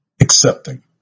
Accepting